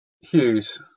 Hughes